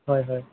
হয় হয়